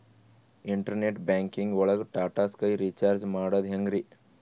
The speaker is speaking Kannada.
ಇಂಟರ್ನೆಟ್ ಬ್ಯಾಂಕಿಂಗ್ ಒಳಗ್ ಟಾಟಾ ಸ್ಕೈ ರೀಚಾರ್ಜ್ ಮಾಡದ್ ಹೆಂಗ್ರೀ?